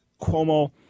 Cuomo